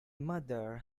mother